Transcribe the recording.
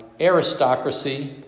aristocracy